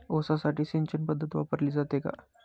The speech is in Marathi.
ऊसासाठी सिंचन पद्धत वापरली जाते का?